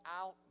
out